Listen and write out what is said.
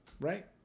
Right